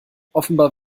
offenbar